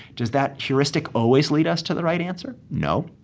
does that heuristic always lead us to the right answer? no.